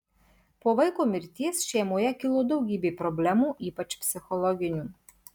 po vaiko mirties šeimoje kilo daugybė problemų ypač psichologinių